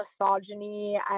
misogyny